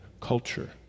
culture